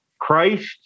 Christ